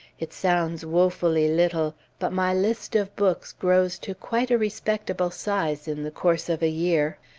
it sounds woefully little, but my list of books grows to quite a respectable size, in the course of a year.